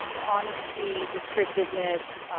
honesty, descriptiveness,